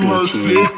Mercy